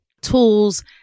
tools